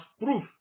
proof